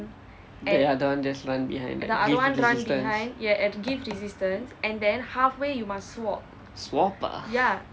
the other one run behind give resistance swap ah